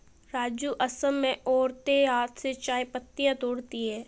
राजू असम में औरतें हाथ से चाय की पत्तियां तोड़ती है